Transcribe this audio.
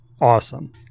awesome